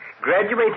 graduated